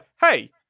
Hey